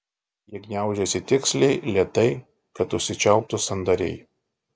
jie gniaužiasi tiksliai lėtai kad užsičiauptų sandariai